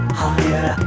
higher